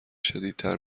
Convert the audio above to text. شدیدتر